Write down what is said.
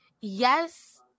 yes